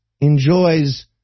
enjoys